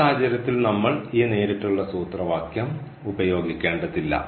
ഈ സാഹചര്യത്തിൽ നമ്മൾ ഈ നേരിട്ടുള്ള സൂത്രവാക്യം ഉപയോഗിക്കേണ്ടതില്ല